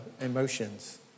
emotions